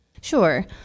Sure